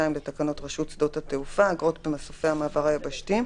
לתקנות רשות שדות התעופה (אגרות במסופי המעבר היבשתיים),